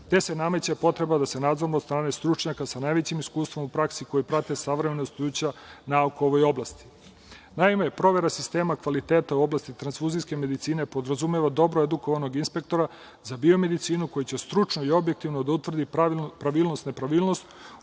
gde se nameće potreba da se nadzorom od strane stručnjaka sa najvećim iskustvom u praksi, koji prate savremena dostignuća nauke u ovoj oblasti. Provera sistema kvaliteta u oblasti transfuzijske medicine podrazumeva dobro edukovanog inspektora za biomedicinu koji će stručno i objektivno da utvrdi pravilnost – nepravilnost